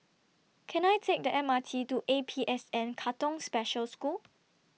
Can I Take The M R T to A P S N Katong Special School